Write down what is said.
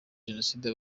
jenoside